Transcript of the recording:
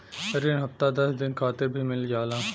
रिन हफ्ता दस दिन खातिर भी मिल जाला